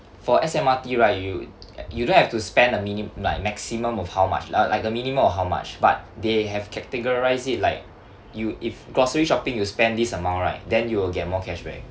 for S_M_R_T right you you don't have to spend a minimum like maximum of how much lah like a minimum of how much but they have categorised it like you if grocery shopping you spend this amount right then you will get more cashback